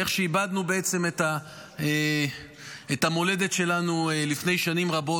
ואיך שאיבדנו את המולדת שלנו לפני שנים רבות.